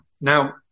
Now